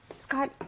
Scott